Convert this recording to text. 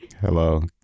Hello